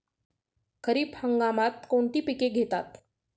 खरीप हंगामात कोणती पिके घेतात?